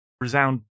resound